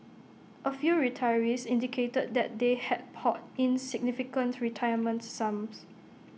A few retirees indicated that they had poured in significant retirement sums